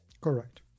Correct